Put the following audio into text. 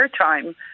airtime